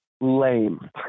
Lame